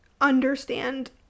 understand